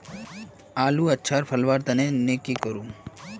आलूर अच्छा फलवार तने नई की करूम?